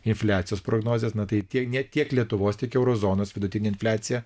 infliacijos prognozes na tai tiek ne tiek lietuvos tiek euro zonos vidutinė infliacija